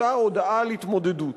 אותה הודעה על התמודדות: